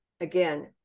Again